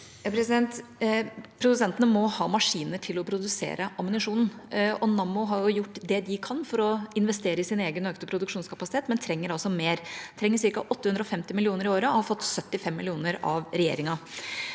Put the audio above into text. Produsentene må ha maskinene til å produsere ammunisjonen, og Nammo har gjort det de kan for å investere i sin egen økte produksjonskapasitet, men de trenger altså mer. De trenger ca. 850 mill. kr i året og har fått 75 mill. kr av regjeringa.